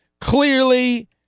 clearly